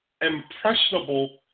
impressionable